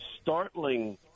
startling